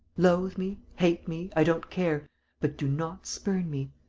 loathe me, hate me i don't care but do not spurn me.